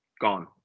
gone